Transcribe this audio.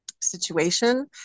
situation